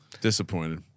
Disappointed